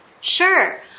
Sure